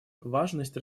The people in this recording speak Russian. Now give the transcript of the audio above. важность